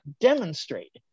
demonstrate